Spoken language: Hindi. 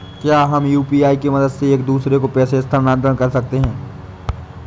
क्या हम यू.पी.आई की मदद से एक दूसरे को पैसे स्थानांतरण कर सकते हैं?